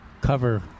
cover